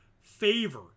favor